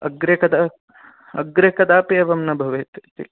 अग्रे कदा अग्रे कदापि एवं न भवेत् इति